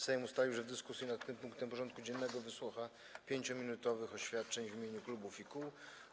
Sejm ustalił, że w dyskusji nad tym punktem porządku dziennego wysłucha 5-minutowych oświadczeń w imieniu klubów i kół.